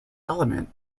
element